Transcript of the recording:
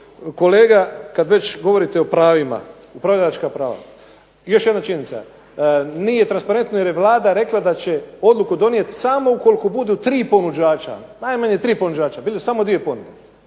kolega kad već govorite o pravima, upravljačka prava, još jedna činjenica. Nije transparentno jer je Vlada rekla da će odluku donijeti samo ukoliko budu 3 ponuđača, najmanje 3 ponuđača. Bile su samo 2 ponude.